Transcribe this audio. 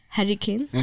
Hurricane